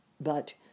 But—